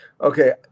okay